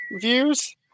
views